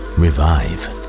revive